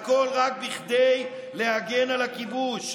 הכול רק כדי להגן על הכיבוש.